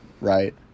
right